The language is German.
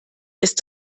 ist